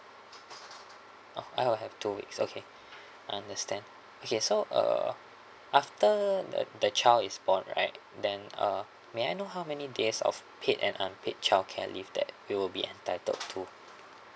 I will have two weeks okay understand okay so uh after the child is born right then uh may I know how many days of paid and unpaid childcare leave that we will be entitled to